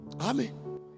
Amen